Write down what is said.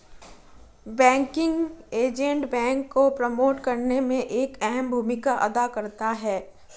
banking agent bank को promote करने में एक अहम भूमिका अदा करता है